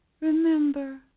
Remember